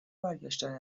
برگشتن